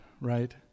right